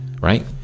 right